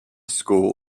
school